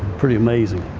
pretty amazing.